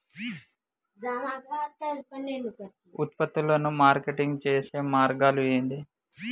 ఉత్పత్తులను మార్కెటింగ్ చేసే మార్గాలు ఏంది?